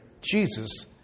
Jesus